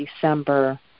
December